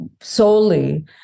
solely